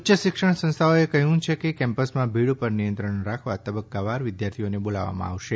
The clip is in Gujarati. ઉચ્યશિક્ષણ સંસ્થાઓએ કહયું છે કે કેમ્પસમાં ભીડ ઉપર નિયંત્રણ રાખવા તબકકાવાર વિદ્યાર્થીઓને બોલાવવામાં આવશે